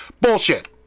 Bullshit